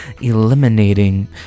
eliminating